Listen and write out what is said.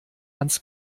ans